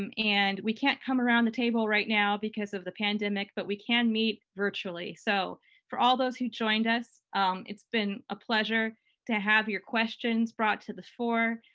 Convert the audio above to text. um and we can't come around the table right now because of the pandemic, but we can meet virtually, so for all those who joined us it's been a pleasure to have your questions brought to the fore.